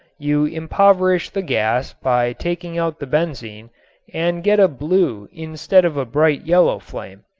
you impoverish the gas by taking out the benzene and get a blue instead of a bright yellow flame.